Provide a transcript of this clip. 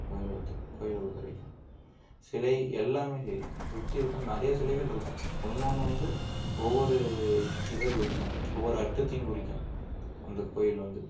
கோவில பார்த்தா கோவில்ல உள்ளார வரைக்கும் சிலை எல்லாம் சரி சுற்றி பார்த்தா நிறைய சிலைகளிருக்கும் ஒன்னொன்னும் வந்து ஒவ்வொரு இதை குறிக்கும் ஒவ்வொரு அர்தத்தையும் குறிக்கும் அந்த கோவில்ல வந்து